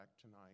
tonight